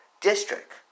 district